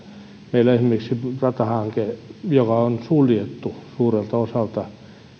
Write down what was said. on esimerkiksi ratahanke joka on suljettu suurelta osalta